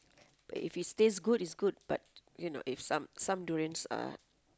if is taste good is good but you know if some some durians are